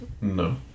No